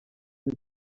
nie